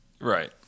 Right